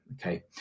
okay